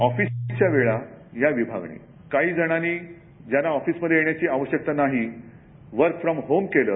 ऑफिसच्या वेळा या विभागानं काही जणांनी ज्यांना ऑफीसमध्ये येण्याची आवश्यकता नाही वर्क फ्रॉम होम केल